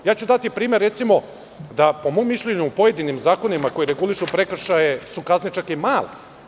Daću primer, recimo, da po mom mišljenju u pojedinim zakonima koji regulišu prekršaje su kazne čak i male.